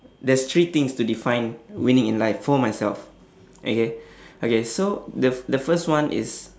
there's three things to define winning in life for myself okay okay so the f~ the first one is